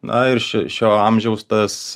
na ir ši šio amžiaus tas